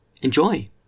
enjoy